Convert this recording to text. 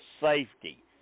safety